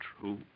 true